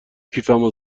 کیفمو